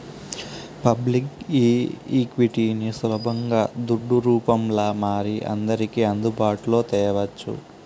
public ఈక్విటీని సులబంగా దుడ్డు రూపంల మారి అందర్కి అందుబాటులో తేవచ్చు